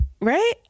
right